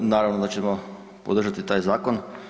Naravno da ćemo podržati taj zakon.